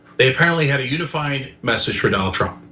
they apparently had a unified message for donald trump,